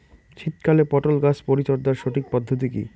শীতকালে পটল গাছ পরিচর্যার সঠিক পদ্ধতি কী?